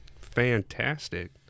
Fantastic